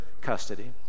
custody